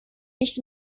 nicht